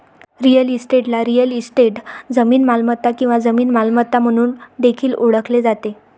real इस्टेटला real estate, जमीन मालमत्ता किंवा जमीन मालमत्ता म्हणून देखील ओळखले जाते